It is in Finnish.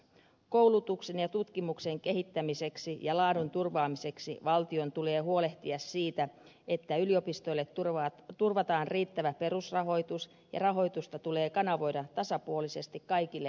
koulutuksen ja tutkimuksen kehittämiseksi ja laadun turvaamiseksi valtion tulee huolehtia siitä että yliopistoille turvataan riittävä perusrahoitus ja rahoitusta tulee kanavoida tasapuolisesti kaikille tieteenaloille